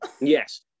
Yes